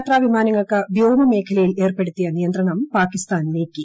Indian യാത്ര വിമാനങ്ങൾക്ക് വ്യോമ മേഖലയിൽ ഏർപ്പെടുത്തിയ നിയന്ത്രണം പാക്കിസ്ഥാൻ നീക്കി